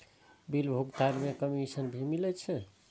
Bill भुगतान में commission भी मिले छै?